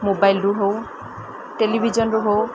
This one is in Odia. ମୋବାଇଲ୍ରୁ ହଉ ଟେଲିଭିଜନ୍ରୁ ହଉ